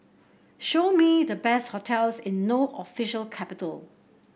show me the best hotels in No official capital